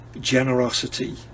generosity